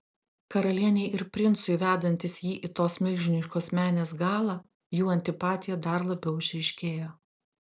karalienei ir princui vedantis jį į tos milžiniškos menės galą jų antipatija dar labiau išryškėjo